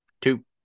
Two